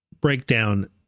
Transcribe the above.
breakdown